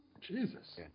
Jesus